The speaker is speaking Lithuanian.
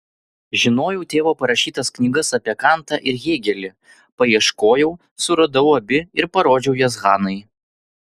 žinojau tėvo parašytas knygas apie kantą ir hėgelį paieškojau suradau abi ir parodžiau jas hanai